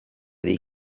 dei